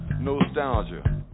nostalgia